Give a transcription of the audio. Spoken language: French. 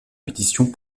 compétitions